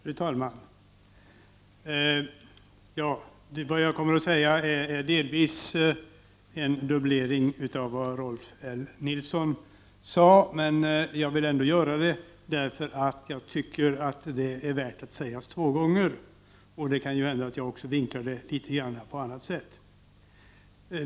Fru talman! Vad jag kommer att säga är delvis en dubblering av vad Rolf L Nilson sade. Men dels tycker jag att det är värt att sägas två gånger, dels kan det hända att jag också vinklar det på ett annat sätt.